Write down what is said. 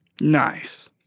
nice